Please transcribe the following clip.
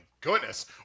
Goodness